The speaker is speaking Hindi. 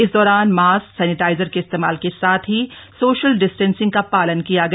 इस दौरान मास्क समिटाइजर के इस्तेमाल के साथ ही सोशल डिस्टेंसिंग का पालन किया गया